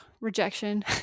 rejection